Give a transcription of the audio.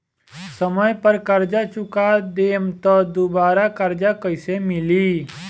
समय पर कर्जा चुका दहम त दुबाराकर्जा कइसे मिली?